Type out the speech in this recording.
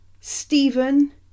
stephen